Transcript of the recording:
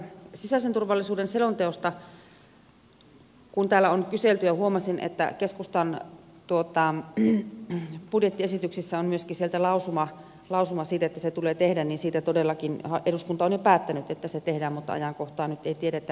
sisäisen turvallisuuden selonteosta kun täällä on kyselty ja huomasin että keskustan budjettiesityksessä on myöskin lausuma siitä että se tulee tehdä todellakin eduskunta on jo päättänyt että se tehdään mutta ajankohtaa nyt ei tiedetä